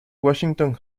washington